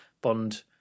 Bond